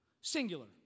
singular